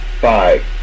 five